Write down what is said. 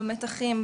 במתחים,